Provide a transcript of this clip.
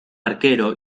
arquero